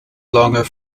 longer